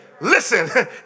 Listen